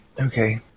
Okay